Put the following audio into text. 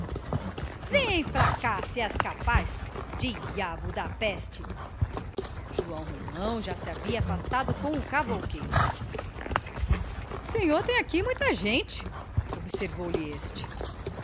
pra cá se és capaz diabo da peste joão romão já se havia afastado com o cavouqueiro o senhor tem aqui muita gente observou lhe este